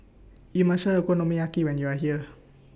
YOU must Try Okonomiyaki when YOU Are here